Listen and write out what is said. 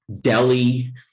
Delhi